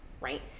right